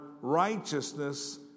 righteousness